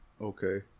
Okay